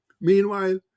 Meanwhile